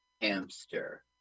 Hamster